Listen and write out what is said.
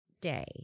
day